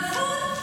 נכון.